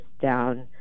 down